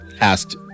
asked